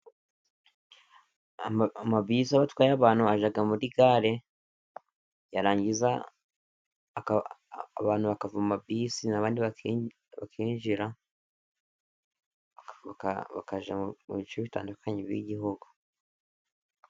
Amabisi atwaye abantu ajya muri gare, yarangiza abantu bakava mu mabisi bakinjira mu bice bitandukanye by'Igihugu.